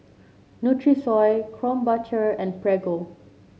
Nutrisoy Krombacher and Prego